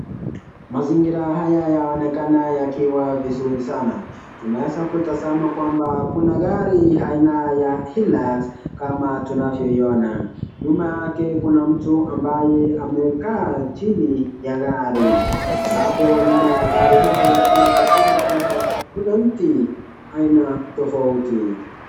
Mazingira haya yanaonekana yakiwa vizuri sana. Tunaweza kutazama kwamba kuna gari aina ya Hilux, kama tunavyo iona. Nyuma yake Kuna mtu ambaye amekaa chini ya gari. Ambapo nyumba ya gari hili tuna tazama kwamba Kuna mti aina tofauti.